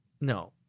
No